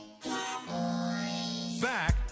Back